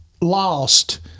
lost